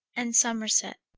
and somerset.